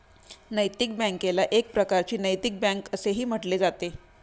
नैतिक बँकेला एक प्रकारची नैतिक बँक असेही म्हटले जाते